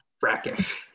Brackish